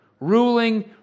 ruling